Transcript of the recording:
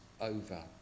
over